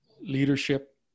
leadership